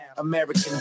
American